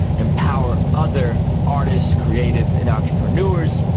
empower other artists, creatives and entrepreneurs.